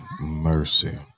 mercy